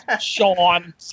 Sean